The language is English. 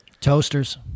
Toasters